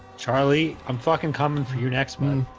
charlie i'm fuckin comin for you next month.